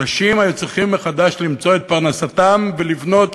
אנשים היו צריכים מחדש למצוא את פרנסתם ולבנות